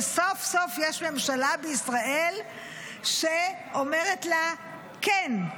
כשסוף-סוף יש ממשלה בישראל שאומרת לה כן.